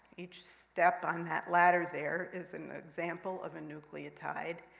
each step on that ladder there is and example of a nucleotide,